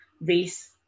race